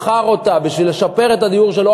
מכר אותה בשביל לשפר את הדיור שלו,